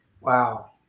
Wow